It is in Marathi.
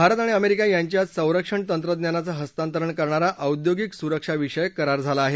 भारत आणि अमेरिका यांच्यात सरक्षण तंत्रज्ञानाच हस्तांतरण करणारा औद्योगिक सुरक्षाविषयक करार झाला आहे